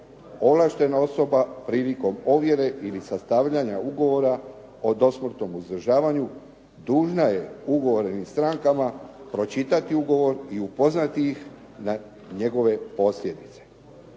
ovlaštena osoba prilikom ovjere ili sastavljanja ugovora o dosmrtnom uzdržavanju dužna je ugovornim strankama pročitati ugovor i upoznati ih na njegove posljedice.